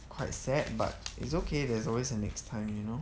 quite sad but it's okay there's always a next time you know